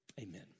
Amen